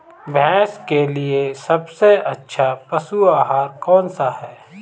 भैंस के लिए सबसे अच्छा पशु आहार कौनसा है?